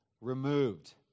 removed